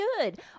good